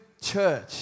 church